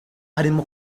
harimo